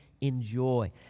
enjoy